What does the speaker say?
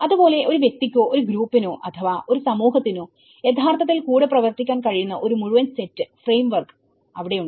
അതുപോലെ ഒരു വ്യക്തിക്കോ ഒരു ഗ്രൂപ്പിനോ അഥവാ ഒരു സമൂഹത്തിനോ യഥാർത്ഥത്തിൽ കൂടെ പ്രവർത്തിക്കാൻ കഴിയുന്ന ഒരു മുഴുവൻ സെറ്റ് ഫ്രെയിംവർക്ക് അവിടെ ഉണ്ട്